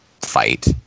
fight